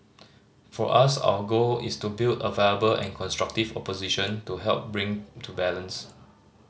for us our goal is to build a viable and constructive opposition to help bring balance